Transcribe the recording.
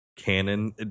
canon